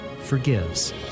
forgives